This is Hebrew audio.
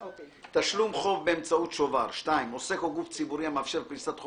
"תשלום חוב באמצעות שובר 2. עוסק או גוף ציבורי המאפשר פריסת חוב